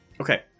Okay